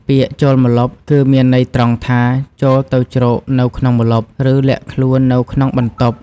ពាក្យ "ចូលម្លប់" គឺមានន័យត្រង់ថា "ចូលទៅជ្រកនៅក្នុងម្លប់" ឬ "លាក់ខ្លួននៅក្នុងបន្ទប់"។